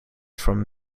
from